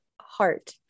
heart